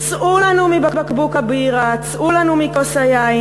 צאו לנו מבקבוק הבירה, צאו לנו מכוס היין.